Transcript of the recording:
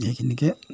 সেইখিনিকে